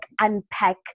unpack